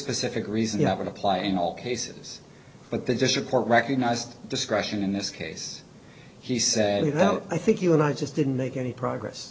specific reason to have it apply in all cases but there's just a court recognized discretion in this case he said you know i think you and i just didn't make any progress